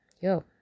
Yo